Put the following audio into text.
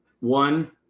One